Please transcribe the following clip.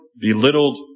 belittled